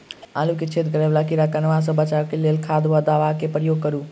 आलु मे छेद करा वला कीड़ा कन्वा सँ बचाब केँ लेल केँ खाद वा दवा केँ प्रयोग करू?